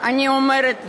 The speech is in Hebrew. אני אומרת,